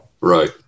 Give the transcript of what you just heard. Right